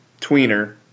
tweener